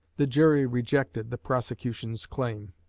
the jury rejected the prosecution's claim.